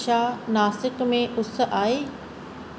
छा नासिक में उस आहे